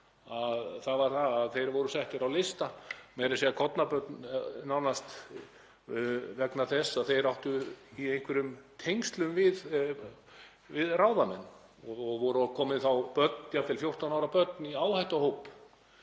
Það var að þeir voru settir á lista, meira að segja kornabörn nánast, vegna þess að þeir áttu í einhverjum tengslum við ráðamenn og voru komin þá börn, jafnvel 14 ára börn, í áhættuhóp